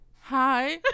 Hi